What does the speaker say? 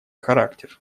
характер